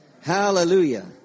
hallelujah